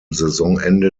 saisonende